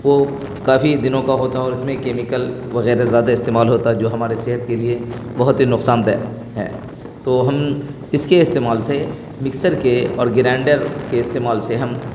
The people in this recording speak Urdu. وہ کافی دنوں کا ہوتا ہے اور اس میں کیمیکل وغیرہ زیادہ استعمال ہوتا ہے جو ہمارے صحت کے لیے بہت ہی نقصان دہ ہیں تو ہم اس کے استعمال سے مکسر کے اور گرینڈر کے استعمال سے ہم